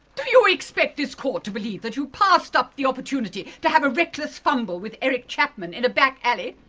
do you expect this court to believe that you passed up the opportunity to have a reckless fumble with eric chapman in a back alley?